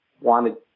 wanted